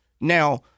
Now